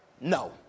No